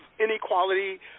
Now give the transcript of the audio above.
inequality